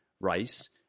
rice